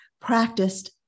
practiced